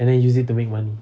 and then use it to make money